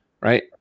Right